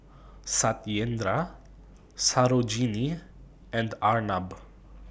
Satyendra Sarojini and Arnab